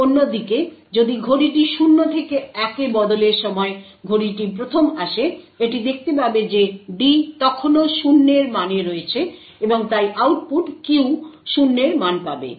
অন্যদিকে যদি ঘড়িটি 0 থেকে 1 এ বদলের সময় ঘড়িটি 1ম আসে এটি দেখতে পাবে যে D তখনও 0 এর মানে রয়েছে এবং তাই আউটপুট Q 0 এর মান পাবে